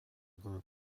group